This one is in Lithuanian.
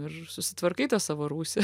ir susitvarkai tą savo rūsį